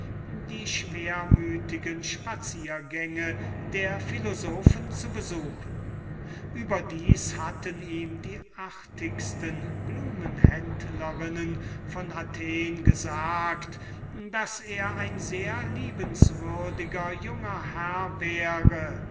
die schwermütigen spaziergänge der philosophen zu besuchen überdas hatten ihm die artigsten sträußermädchen von athen gesagt daß er ein sehr liebenswürdiger junger herr wäre